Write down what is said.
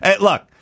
Look